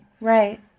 Right